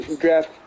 draft